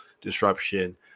Disruption